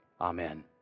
Amen